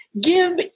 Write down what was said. Give